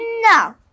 No